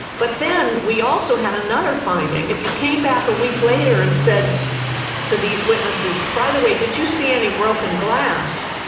but then we also had another finding. if you came back a week later and said to these witnesses, by the way, did you see any broken glass?